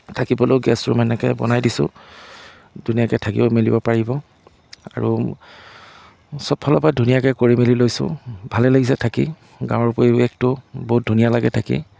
থাকিবলৈও guest room এনেকৈ বনাই দিছোঁ ধুনীয়াকৈ থাকিব মেলিব পাৰিব আৰু চব ফালৰ পৰা ধুনীয়াকৈ কৰি মেলি লৈছোঁ ভালেই লাগিছে থাকি গাঁৱৰ পৰিৱেশটো বহুত ধুনীয়া লাগে থাকি